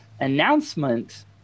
announcement